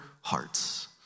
hearts